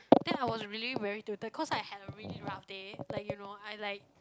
then I was really very tilted cause I had a really rough day like you know I like